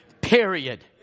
Period